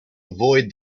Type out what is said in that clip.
avoid